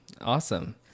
Awesome